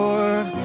Lord